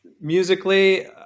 Musically